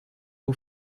who